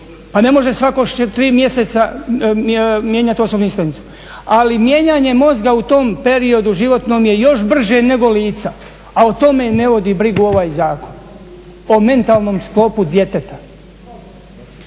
pa ne može svako 3 mjeseca mijenjati osobnu iskaznicu. Ali mijenjanje mozga u tom periodu životnom je još brže nego lica a o tome ne vodi brigu ovaj zakon. O mentalnom sklopu djeteta.